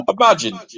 Imagine